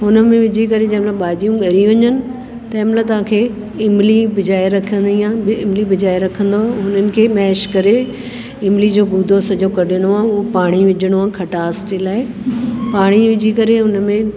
हुन में विझी करे जंहिं महिल भाॼियूं ॻरी वञनि तंहिं महिल तव्हांखे इमली बिगोए रखिणी आहे इमली बिगोए रखंदव उन्हनि खे मैश करे इमली जो गूदो सॼो कढिणो ऐं पाणी विझणो आहे खटास जे लाइ पाणी विझी करे हुन में